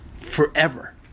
forever